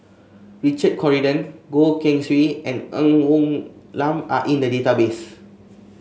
Richard Corridon Goh Keng Swee and Ng Woon Lam Are in the database